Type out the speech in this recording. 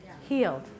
healed